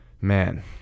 man